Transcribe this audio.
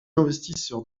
investisseurs